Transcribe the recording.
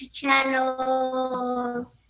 channel